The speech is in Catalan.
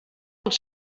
pels